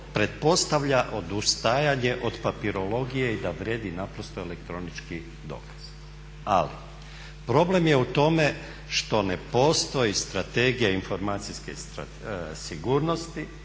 pretpostavlja odustajanje od papirologije i da vrijedi naprosto elektronički dokaz. Ali problem je u tome što ne postoji strategija informacijske sigurnosti,